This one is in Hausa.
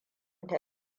ta